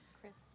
Chris